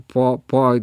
po po